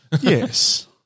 Yes